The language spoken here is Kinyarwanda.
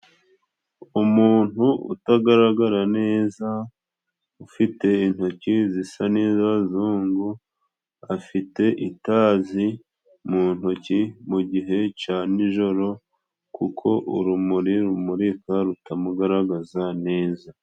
Umuntu utagaragara neza ufite intoki zisa n'izabazungu, afite itazi mu ntoki mu gihe cya nijoro kuko urumuri rumurika rutamugaragaza neza.